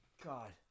God